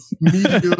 Media